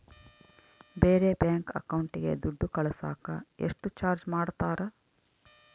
ಬೇರೆ ಬ್ಯಾಂಕ್ ಅಕೌಂಟಿಗೆ ದುಡ್ಡು ಕಳಸಾಕ ಎಷ್ಟು ಚಾರ್ಜ್ ಮಾಡತಾರ?